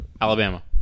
Alabama